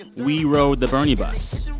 and we rode the bernie bus.